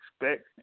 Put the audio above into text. expect